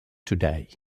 today